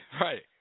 Right